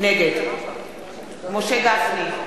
נגד משה גפני,